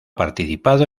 participado